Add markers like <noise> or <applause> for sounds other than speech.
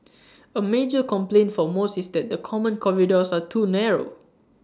<noise> A major complaint for most is that the common corridors are too narrow